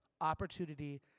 opportunity